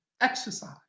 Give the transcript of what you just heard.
exercise